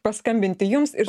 paskambinti jums ir